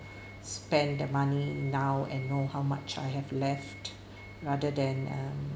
spend the money now and know how much I have left rather than um